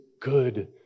good